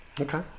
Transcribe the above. Okay